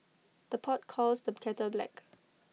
the pot calls the kettle black